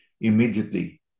Immediately